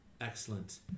excellent